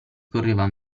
correva